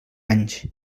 anys